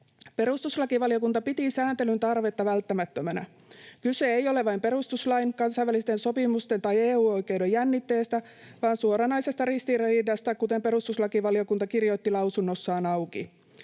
Perustuslakivaliokunta piti sääntelyn tarvetta välttämättömänä. Kyse ei ole vain perustuslain, kansainvälisten sopimusten tai EU-oikeuden jännitteistä vaan suoranaisesta ristiriidasta, kuten perustuslakivaliokunta kirjoitti lausunnossaan auki.